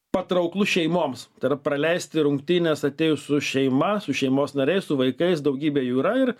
patrauklus šeimoms tai yra praleisti rungtynes atėjus su šeima su šeimos nariais su vaikais daugybė jų yra ir